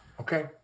Okay